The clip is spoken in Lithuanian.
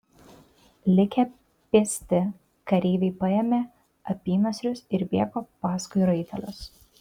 likę pėsti kareiviai paėmė apynasrius ir bėgo paskui raitelius